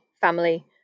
family